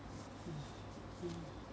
mm mm